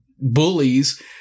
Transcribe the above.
bullies